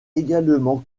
également